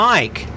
Mike